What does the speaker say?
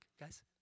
guys